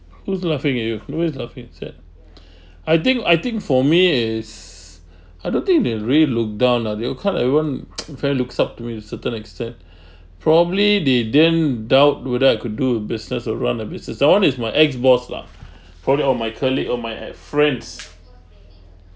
who's laughing at you no one is laughing sad I think I think for me is I don't think they're really look down on me oh can't everyone in fact looks up to me in certain extent probably they didn't doubt whether I could do a business or run a business that one is my ex boss lah probably on my colleague or my at friends